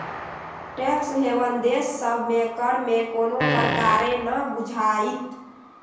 tax haven देश सभ में कर में कोनो प्रकारे न बुझाइत